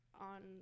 on